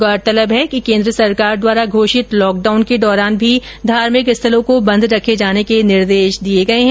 गौरतलब है कि केन्द्र सरकार द्वारा घोषित लॉकडाउन के दौरान भी धार्मिक स्थलों को बंद रखे जाने के निर्देश दिए गए है